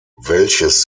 welches